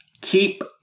Keep